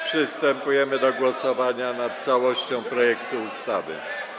Przystępujemy do głosowania nad całością projektu ustawy.